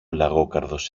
λαγόκαρδος